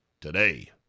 today